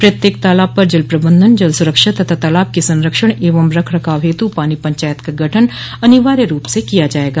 प्रत्येक तालाब पर जलप्रबंधन जल सुरक्षा तथा तालाब के संरक्षण एवं रख रखाव हेतु पानी पंचायत का गठन अनिवार्य रूप से किया जायेगा